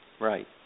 Right